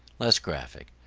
less graphic,